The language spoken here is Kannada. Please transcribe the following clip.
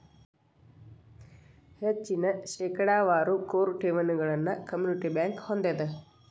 ಹೆಚ್ಚಿನ ಶೇಕಡಾವಾರ ಕೋರ್ ಠೇವಣಿಗಳನ್ನ ಕಮ್ಯುನಿಟಿ ಬ್ಯಂಕ್ ಹೊಂದೆದ